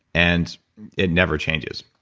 and it never changes.